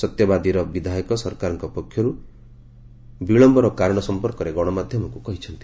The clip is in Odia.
ସତ୍ୟବାଦୀର ବିଧାୟକ ସରକାରଙ୍କ ପକ୍ଷରୁ ବିଳମ୍ୟର କାରଣ ସମ୍ମର୍କରେ ଗଣମାଧ୍ଧମକୁ କହିଛନ୍ତି